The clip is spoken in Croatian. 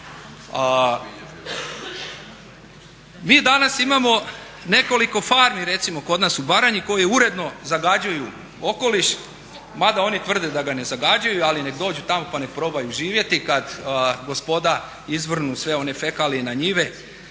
Mi danas imamo nekoliko farmi, recimo kod nas u Baranji koje uredno zagađuju okoliš mada oni tvrde da ga ne zagađuju ali nek dođu tamo pa nek probaju živjeti kad gospoda izvrnu sve one fekalije na njive